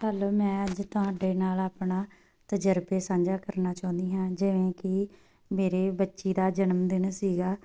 hello ਮੈਂ ਅੱਜ ਤੁਹਾਡੇ ਨਾਲ ਆਪਣਾ ਤਜਰਬੇ ਸਾਂਝਾ ਕਰਨਾ ਚਾਹੁੰਦੀ ਹਾਂ ਜਿਵੇਂ ਕਿ ਮੇਰੇ ਬੱਚੀ ਦਾ ਜਨਮ ਦਿਨ ਸੀਗਾ